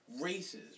races